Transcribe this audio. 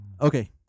Okay